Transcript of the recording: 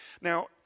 Now